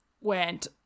went